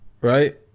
right